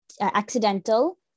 accidental